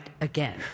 again